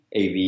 AV